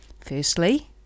firstly